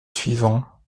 suivant